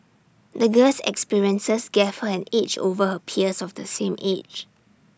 the girl's experiences gave her an edge over her peers of the same age